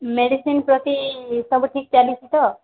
medicine ପ୍ରତି ସବୁ ଠିକ୍ ଚାଲିଛିି ତ